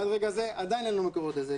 עד לרגע זה אין לנו מקורות לזה.